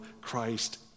Christ